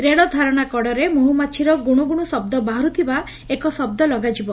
ରେଳ ଧାରଣା କଡ଼ରେ ମହୁମାଛିର ଗୁଣୁଗୁଣୁ ଶଦ ବାହାରୁଥିବା ଏକ ଶଦ ଲଗାଯିବ